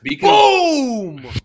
Boom